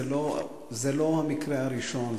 זה לא המקרה הראשון,